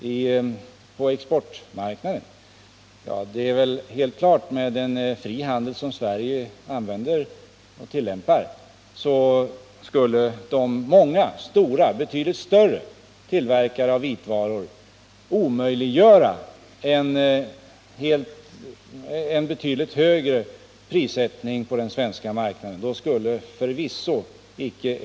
Det torde vara helt klart att med en fri handel som Sverige tillämpar skulle många betydligt större tillverkare av vitvaror omöjliggöra en prissättning från Electrolux sida som innebar väsentligt högre priser på den svenska marknaden än på exportmarknaden.